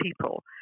people